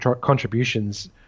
contributions